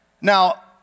Now